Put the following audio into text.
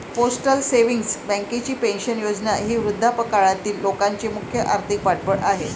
postal savings बँकेची pension योजना ही वृद्धापकाळातील लोकांचे मुख्य आर्थिक पाठबळ आहे